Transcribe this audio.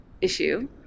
issue